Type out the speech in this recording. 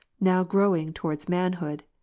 now growing toward manhood,